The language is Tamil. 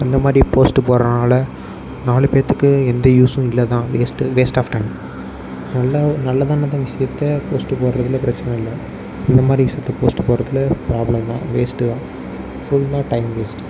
அந்த மாதிரி போஸ்ட் போடுறதினால நாலு பேத்துக்கு எந்த யூசும் இல்லைதான் வேஸ்ட் வேஸ்ட் ஆஃப் டைம் நல்ல நல்லதான விஷயத்த போஸ்ட் போடுறதில் பிரச்சனை இல்லை இந்த மாதிரி விஷயத்த போஸ்ட் போடுறதில் ப்ராப்ளந்தான் வேஸ்ட் தான் ஃபுல்லாக டைம் வேஸ்ட்